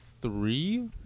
three